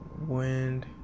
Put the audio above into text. wind